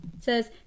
says